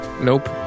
Nope